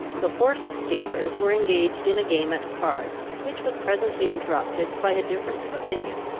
the horse-stealers were engaged in a game at cards, which was presently interrupted by a difference of opinion,